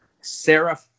Sarah